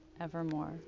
evermore